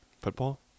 Football